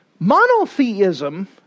Monotheism